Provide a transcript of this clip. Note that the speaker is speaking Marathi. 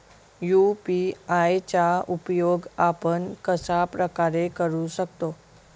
यू.पी.आय चा उपयोग आपण कशाप्रकारे करु शकतो?